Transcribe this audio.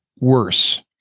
worse